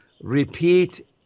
repeat